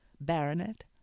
Baronet